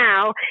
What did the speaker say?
now